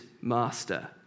master